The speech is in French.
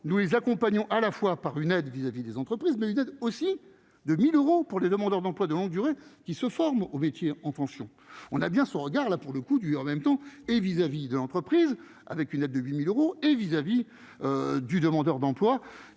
nous les accompagnons, à la fois par une aide vis à vis des entreprises mais aussi 2000 euros pour les demandeurs d'emploi de longue durée qui se forment aux métiers en tension, on a bien son regard là pour le coup du en même temps et vis-à-vis de l'entreprise avec une aide de 8000 euros et vis-à-vis du demandeur d'emploi